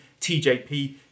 TJP